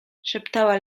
szeptała